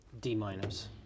D-minus